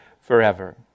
forever